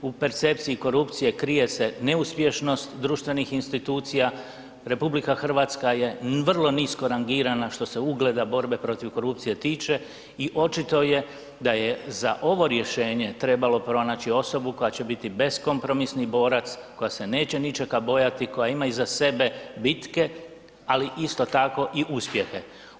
U percepciji korupcije krije se neuspješnost društvenih institucija, RH je vrlo nisko rangirana što se ugleda, borbe protiv korupcije tiče i očito je da je za ovo rješenje trebalo pronaći osobu koja će biti beskompromisni borac, koja se neće ničega bojati, koja ima iza sebe bitke, ali isto tako i uspjehe.